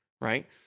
Right